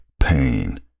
pain